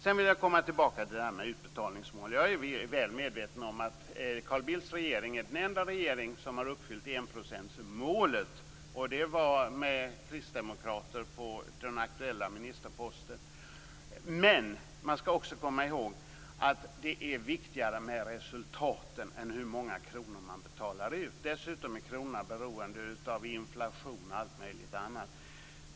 Sedan vill jag komma tillbaka till det här med utbetalningsmål. Jag är väl medveten om att Carl Bildts regering är den enda regering som har uppfyllt enprocentsmålet. Det var med kristdemokrater på den aktuella ministerposten. Men man skall också komma ihåg att resultaten är viktigare än frågan om hur många kronor man betalar ut. Dessutom är kronan beroende av inflation och allt möjligt annat.